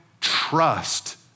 trust